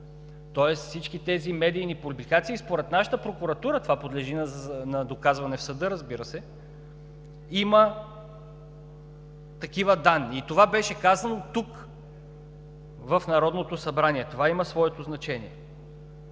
тоест всички тези медийни публикации. Според нашата прокуратура това подлежи на доказване в съда, разбира се. Има такива данни и това беше казано тук в Народното събрание, и това има своето значение.